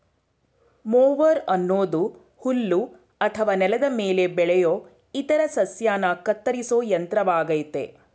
mower ಅನ್ನೋದು ಹುಲ್ಲು ಅಥವಾ ನೆಲದ ಮೇಲೆ ಬೆಳೆಯೋ ಇತರ ಸಸ್ಯನ ಕತ್ತರಿಸೋ ಯಂತ್ರವಾಗಯ್ತೆ